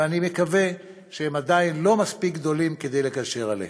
ואני מקווה שהם עדיין לא מספיק גדולים כדי לגשר עליהם.